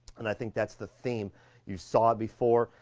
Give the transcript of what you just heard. and i think that's the theme you saw before.